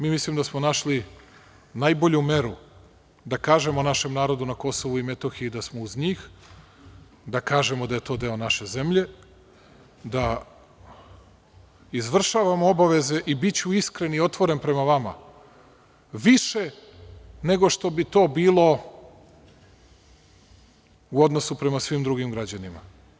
Mislim da smo našli najbolju meru da kažemo našem narodu na KiM da smo uz njih, da kažemo da je to deo naše zemlje, da izvršavamo obaveze i biću iskren i otvoren prema vama, više nego što bi to bilo u odnosu prema svim drugim građanima.